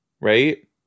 right